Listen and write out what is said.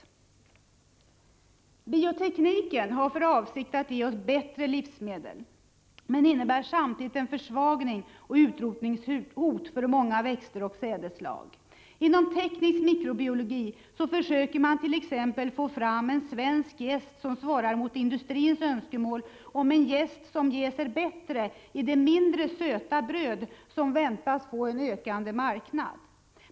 Man har inom biotekniken för avsikt att ge oss bättre livsmedel, men det innebär samtidigt en försvagning och ett utrotningshot när det gäller många växter och sädesslag. Inom teknisk mikrobiologi försöker man t.ex. få fram en svensk jäst som svarar mot industrins önskemål om en jäst som jäser bättre i det mindre söta brödet, som väntas få en ökande marknad.